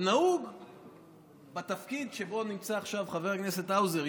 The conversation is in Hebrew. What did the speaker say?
נהוג בתפקיד שבו נמצא עכשיו חבר הכנסת האוזר,